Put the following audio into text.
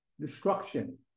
destruction